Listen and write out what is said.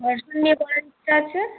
দর্শন নিয়ে পড়ার ইচ্ছা আছে